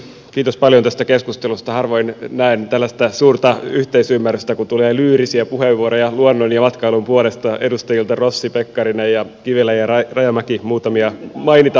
kiitos paljon tästä keskustelusta harvoin näen tällaista suurta yhteisymmärrystä kun tulee lyyrisiä puheenvuoroja luonnon ja matkailun puolesta edustajilta rossi pekkarinen ja kivelä ja rajamäki muutamia mainitakseni